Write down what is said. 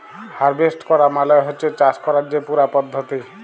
harvest ক্যরা মালে হছে চাষ ক্যরার যে পুরা পদ্ধতি